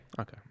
Okay